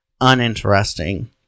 uninteresting